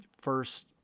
first